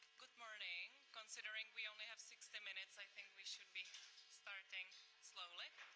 good morning. considering we only have sixty minutes, i think we should be starting slowly.